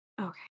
Okay